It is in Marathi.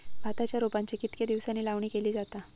भाताच्या रोपांची कितके दिसांनी लावणी केली जाता?